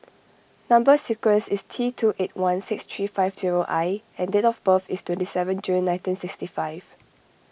Number Sequence is T two eight one six three five zero I and date of birth is twenty seven June nineteen sixty five